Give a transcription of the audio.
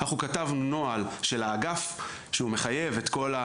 אנחנו כתבנו נוהל של האגף שהוא מחייב את כל,